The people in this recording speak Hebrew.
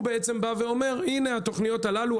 הוא בא ואומר: הנה התוכניות הללו,